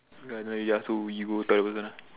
okay done already lah so we go tell the person